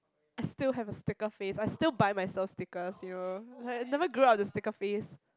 I still have a sticker phase I still buy myself sticker you know I never grew out of the sticker phase